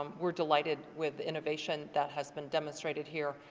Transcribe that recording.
um we're delighted with innovation that has been demonstrated here,